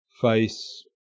face